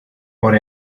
por